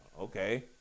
Okay